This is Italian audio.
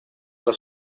alla